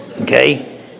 okay